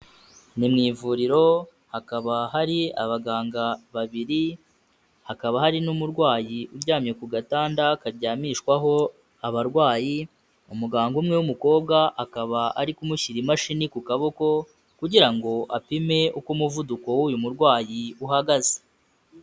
Ni mu ivuriro hakaba hari abaganga babiri, hakaba hari n'umurwayi uryamye ku gatanda karyamishwaho abarwayi, umuganga umwe w'umukobwa akaba ari kumushyira imashini ku kaboko kugira ngo apime uko umuvuduko w'uyu murwayi uhagaze.